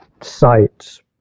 sites